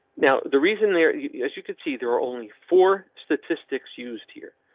now, the reason there as you can see, there are only four statistics used here.